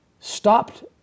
stopped